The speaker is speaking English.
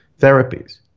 therapies